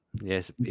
Yes